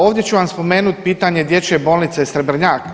Ovdje ću vam spomenuti pitanje dječje bolnice Srebrnjak.